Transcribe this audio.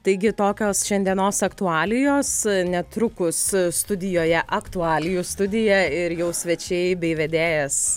taigi tokios šiandienos aktualijos netrukus studijoje aktualijų studija ir jau svečiai bei vedėjas